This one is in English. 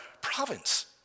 province